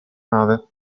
nave